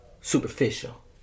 Superficial